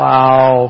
Wow